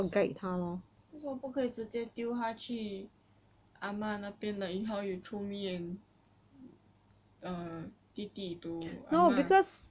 为什么不可以直接丢他去 ah ma 那边的 in how you throw me and 弟弟 to ah ma